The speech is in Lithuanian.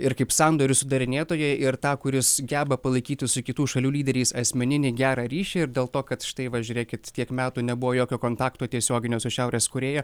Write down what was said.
ir kaip sandorių sudarinėtoją ir tą kuris geba palaikyti su kitų šalių lyderiais asmeninį gerą ryšį ir dėl to kad štai va žiūrėkit kiek metų nebuvo jokio kontakto tiesioginio su šiaurės korėja